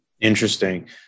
Interesting